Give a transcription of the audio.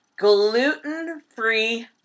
Gluten-free